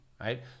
right